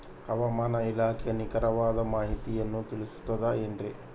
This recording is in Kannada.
ಹವಮಾನ ಇಲಾಖೆಯ ನಿಖರವಾದ ಮಾಹಿತಿಯನ್ನ ತಿಳಿಸುತ್ತದೆ ಎನ್ರಿ?